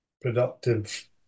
productive